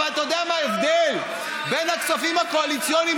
אבל אתה יודע מה ההבדל בין הכספים הקואליציוניים